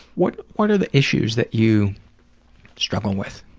what what are the issues that you struggle with?